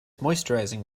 moisturising